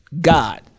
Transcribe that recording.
God